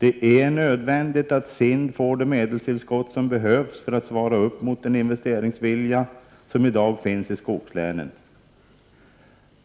Det är nödvändigt att SIND får det medelstillskott som behövs för att svara upp mot den investeringsvilja som i dag finns i skogslänen.